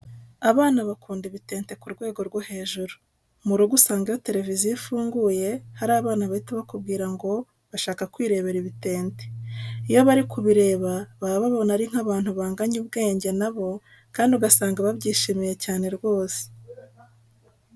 Abana bakunda ibitente ku rwego rwo hejuru. Mu rugo usanga iyo televiziyo ifunguye hari abana bahita bakubwira ngo bashaka kwirebera ibitente. Iyo bari kubireba baba babona ari nk'abantu banganya ubwenge na bo kandi ugasanga babyishimiye cyane rwose.